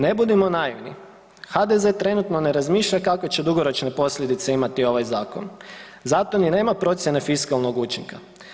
Ne budimo naivni, HDZ trenutno ne razmišlja kakve će dugoročne posljedice imati ovaj zakon, zato ni nema procijene fiskalnog učinka.